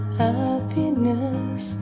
happiness